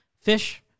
fish